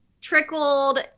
trickled